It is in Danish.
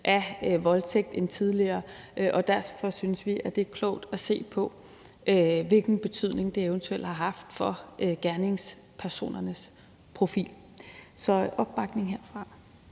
af voldtægt end tidligere. Derfor synes vi, at det er klogt at se på, hvilken betydning det eventuelt har haft for gerningspersonernes profil. Så der er opbakning herfra.